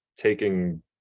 taking